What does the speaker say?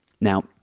Now